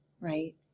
Right